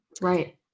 Right